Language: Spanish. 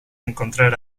encontrar